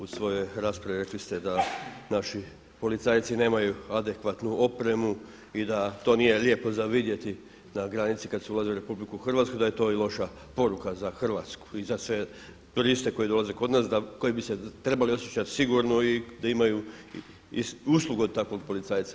U svojoj raspravi rekli ste da naši policajci nemaju adekvatnu opremu i da to nije lijepo za vidjeti na granici kada se ulazi u RH da je to loša poruka za Hrvatsku i za sve turiste koji dolaze kod nas koji bi se trebali osjećati sigurno i da imaju uslugu od takvog policajca.